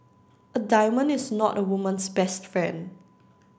a diamond is not a woman's best friend